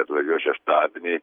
atvažiuos šeštadienį